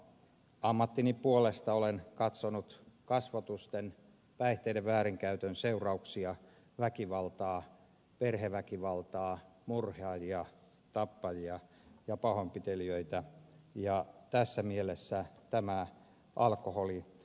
ammattini puolesta olen katsonut kasvotusten päihteiden väärinkäytön seurauksia väkivaltaa perheväkivaltaa murhaajia tappajia ja pahoinpitelijöitä ja tässä mielessä tämän alkoholin